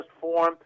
form